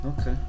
Okay